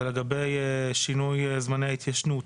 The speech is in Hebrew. זה לגבי שינוי זמני ההתיישנות